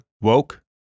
Woke